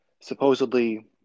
Supposedly